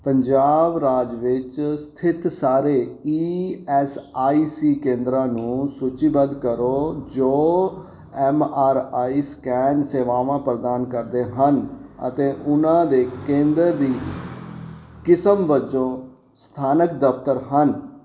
ਪੰਜਾਬ ਰਾਜ ਵਿੱਚ ਸਥਿੱਤ ਸਾਰੇ ਈ ਐਸ ਆਈ ਸੀ ਕੇਂਦਰਾਂ ਨੂੰ ਸੂਚੀਬੱਧ ਕਰੋ ਜੋ ਐਮ ਆਰ ਆਈ ਸਕੈਨ ਸੇਵਾਵਾਂ ਪ੍ਰਦਾਨ ਕਰਦੇ ਹਨ ਅਤੇ ਉਹਨਾਂ ਦੇ ਕੇਂਦਰ ਦੀ ਕਿਸਮ ਵਜੋਂ ਸਥਾਨਕ ਦਫ਼ਤਰ ਹਨ